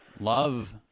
Love